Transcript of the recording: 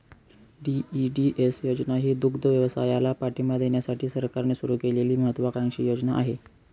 DEDS योजना ही दुग्धव्यवसायाला पाठिंबा देण्यासाठी सरकारने सुरू केलेली महत्त्वाकांक्षी योजना आहे